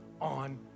on